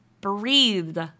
breathed